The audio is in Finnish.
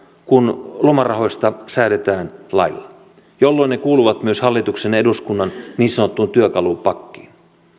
kun lomarahoista säädetään lailla jolloin ne kuuluvat myös hallituksen ja eduskunnan niin sanottuun työkalupakkiin